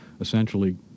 essentially